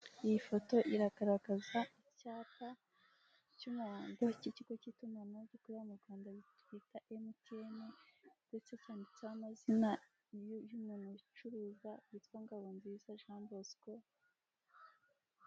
Iyi foto iragaragaza icyapa cy'umuhondo k'ikigo k'itumanaho gikorera mu Rwanda twita emutiyeni ndetse cyanditseho amazina y'umuntu ucuruza witwa Ngabonziza Jean Bosco.